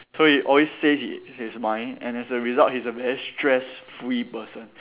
so he always says hi~ his mind and as a result he's a very stress free person